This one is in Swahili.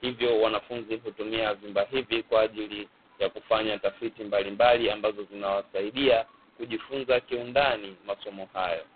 hivyo wanafunzi hutumia vyumba hivi kwa ajili ya kufanya tafiti mbalimabli ambazo zinawasaidia kujifunza kiundani masomo hayo.